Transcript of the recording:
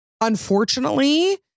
unfortunately